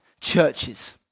churches